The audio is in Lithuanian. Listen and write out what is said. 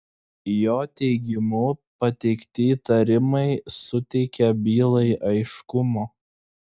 jo teigimu pateikti įtarimai suteikia bylai aiškumo